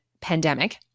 pandemic